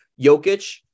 Jokic